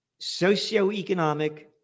socioeconomic